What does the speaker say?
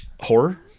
Horror